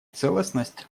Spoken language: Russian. целостность